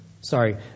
sorry